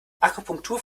akupunktur